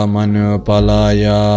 Manupalaya